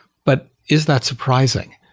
but is that surprising?